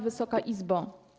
Wysoka Izbo!